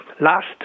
last